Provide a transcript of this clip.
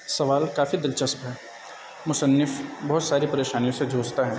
سوال کافی دلچسپ ہے مصنف بہت ساری پریشانیوں سے جوجھتا ہے